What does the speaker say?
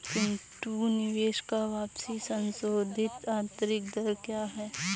पिंटू निवेश का वापसी संशोधित आंतरिक दर क्या है?